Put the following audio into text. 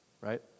right